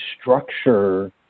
structure